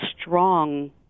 strong